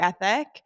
ethic